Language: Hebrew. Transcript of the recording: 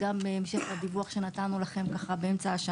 תודה גם לכל משרדי הממשלה שעושים כמיטב יכולתם.